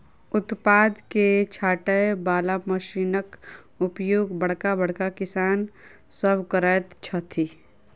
उत्पाद के छाँटय बला मशीनक उपयोग बड़का बड़का किसान सभ करैत छथि